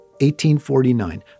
1849